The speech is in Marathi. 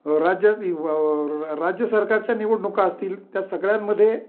राज्य अ अ अ राज्य सरकारच्या निवडणुका असतील त्या सगळ्यांमध्ये